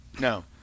No